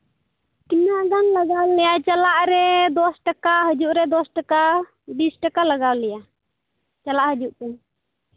ᱛᱤᱱᱟᱹᱜ ᱵᱟᱝ ᱞᱟᱜᱟᱣ ᱞᱮᱭᱟ ᱪᱟᱞᱟᱜ ᱨᱮ ᱫᱚᱥ ᱴᱟᱠᱟ ᱦᱤᱡᱩᱜ ᱨᱮ ᱫᱚᱥ ᱴᱟᱠᱟ ᱵᱤᱥ ᱴᱟᱠᱟ ᱞᱟᱜᱟᱣ ᱞᱮᱭᱟ ᱪᱟᱞᱟᱜ ᱦᱤᱡᱩᱜ ᱛᱮ